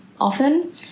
often